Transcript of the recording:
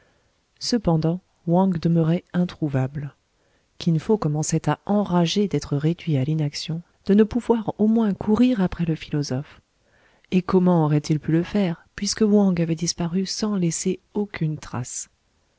cependant wang demeurait introuvable kin fo commençait à enrager d'être réduit à l'inaction de ne pouvoir au moins courir après le philosophe et comment aurait-il pu le faire puisque wang avait disparu sans laisser aucune trace